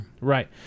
Right